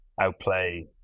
outplay